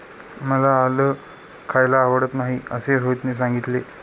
मला आलं खायला आवडत नाही असे रोहितने सांगितले